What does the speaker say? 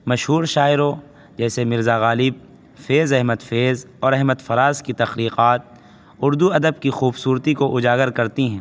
مشہور شاعروں جیسے مرزا غالب فیض احمد فیض اور احمد فراز کی تخلیقات اردو ادب کی خوبصورتی کو اجاگر کرتی ہیں